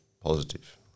positive